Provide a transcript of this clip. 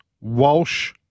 Walsh